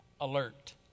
alert